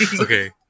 Okay